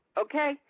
okay